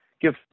give